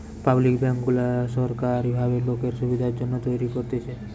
public bank গুলা সোরকারী ভাবে লোকের সুবিধার জন্যে তৈরী করতেছে